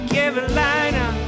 Carolina